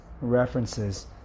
references